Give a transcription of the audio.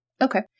okay